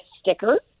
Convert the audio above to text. sticker